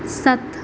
ਸੱਤ